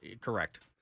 Correct